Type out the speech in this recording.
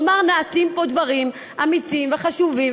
לומר: נעשים פה דברים אמיצים וחשובים,